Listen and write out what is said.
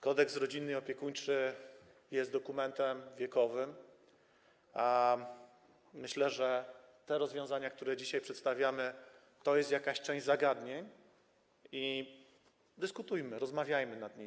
Kodeks rodzinny i opiekuńczy jest dokumentem wiekowym, a myślę, że te rozwiązania, które dzisiaj przedstawiamy, to jest jakaś część zagadnień i dyskutujmy, rozmawiajmy o nich.